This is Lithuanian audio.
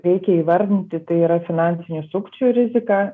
reikia įvardinti tai yra finansinių sukčių rizika